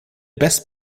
best